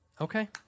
Okay